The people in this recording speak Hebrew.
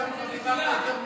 היא דיברה על הקידום,